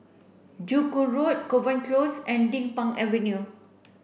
Joo Hong Road Kovan Close and Din Pang Avenue